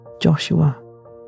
Joshua